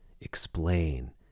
explain